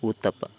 uttapam